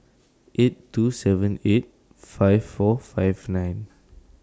eight two seven eight five four five nine